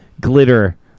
glitter